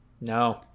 No